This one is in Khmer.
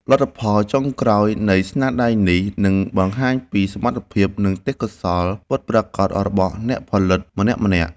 លទ្ធផលចុងក្រោយនៃស្នាដៃនេះនឹងបង្ហាញពីសមត្ថភាព និង ទេពកោសល្យពិតប្រាកដរបស់អ្នកផលិតម្នាក់ៗ។